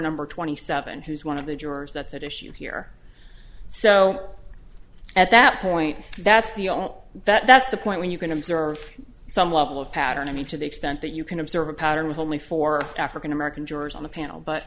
number twenty seven who is one of the jurors that's at issue here so at that point that's the all that's the point when you can observe some level of pattern i mean to the extent that you can observe a pattern with only four african american jurors on the panel but